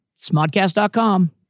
Smodcast.com